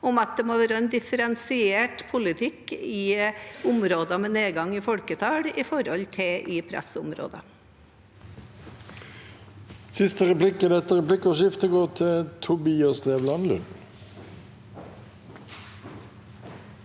om at det må være en differensiert politikk i områder med nedgang i folketall i forhold til i pressområder.